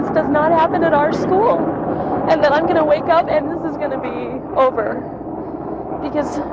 does not happen at our school and but i'm going to wake up and this is going to be over because,